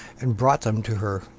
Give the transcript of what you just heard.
and brought them to her.